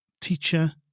teacher